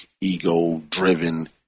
ego-driven